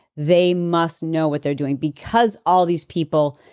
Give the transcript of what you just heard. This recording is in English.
they must know what they're doing. because all these people.